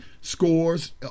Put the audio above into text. scores